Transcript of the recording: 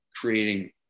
creating